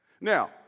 now